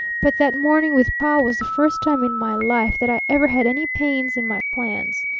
but that morning with pa was the first time in my life that i ever had any pain in my plans